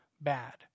bad